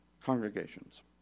congregations